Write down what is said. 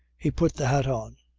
he put the hat on,